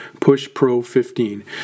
PUSHPRO15